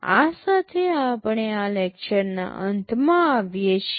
આ સાથે આપણે આ લેક્ચરના અંતમાં આવીએ છીએ